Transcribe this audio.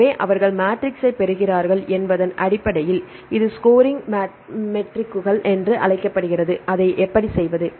எனவே அவர்கள் மேட்ரிக்ஸைப் பெறுகிறார்கள் என்பதன் அடிப்படையில் இது ஸ்கோரிங் மெட்ரிக்குகள் என்று அழைக்கப்படுகிறது அதை எப்படிச் செய்வது